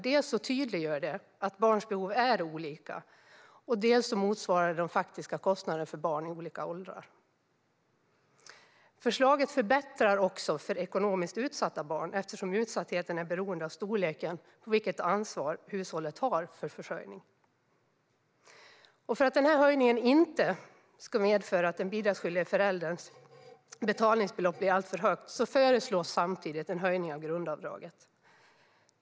Dels tydliggör det att barns behov är olika, dels motsvarar det bättre de faktiska kostnaderna för barn i olika åldrar. Förslaget förbättrar också för ekonomiskt utsatta barn eftersom utsattheten är beroende av storleken på vilket ansvar hushållet har för försörjning. För att höjningen av underhållsstödet inte ska medföra att den bidragsskyldige förälderns betalningsbelopp blir alltför högt föreslås samtidigt en höjning av grundavdraget.